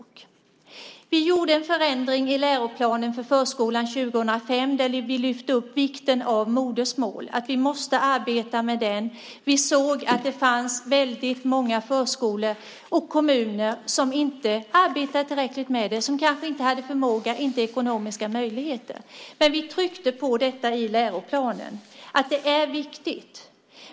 Vi gjorde en förändring i läroplanen för förskolan 2005 där vi lyfte upp vikten av modersmålet. Vi måste arbeta med detta. Vi såg att det fanns väldigt många förskolor och kommuner som inte arbetade tillräckligt med det. Man kanske inte hade förmåga eller ekonomiska möjligheter. Men vi tryckte på detta i läroplanen. Det är viktigt.